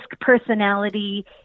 personality